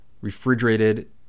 refrigerated